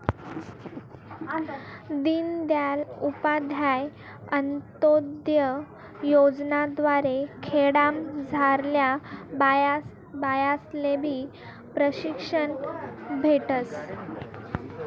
दीनदयाल उपाध्याय अंतोदय योजना द्वारे खेडामझारल्या बायास्लेबी प्रशिक्षण भेटस